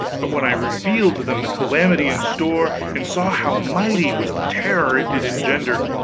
but when i revealed to them the calamity in store, and saw how mighty was the terror it did engender,